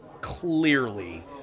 clearly